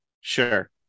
Sure